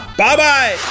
Bye-bye